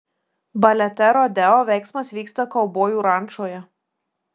balete rodeo veiksmas vyksta kaubojų rančoje